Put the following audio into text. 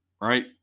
right